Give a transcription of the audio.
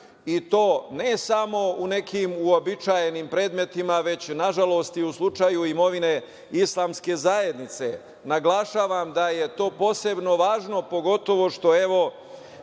i to ne samo u nekim uobičajenim predmetima, već nažalost i u slučaju imovine Islamske zajednice. Naglašavam da je to posebno važno, pogotovo što